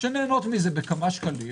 שנהנות מזה בכמה שקלים